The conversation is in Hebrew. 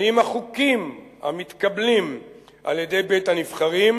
האם החוקים המתקבלים על-ידי בית-הנבחרים,